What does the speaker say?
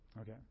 Okay